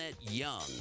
Young